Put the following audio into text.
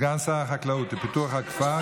סגן שר החקלאות ופיתוח הכפר,